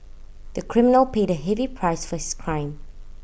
the criminal paid A heavy price for his crime